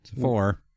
four